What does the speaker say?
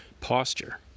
posture